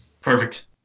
Perfect